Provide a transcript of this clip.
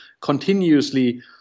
continuously